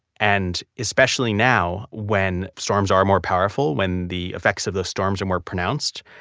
and especially now when storms are more powerful, when the effects of those storms are more pronounced,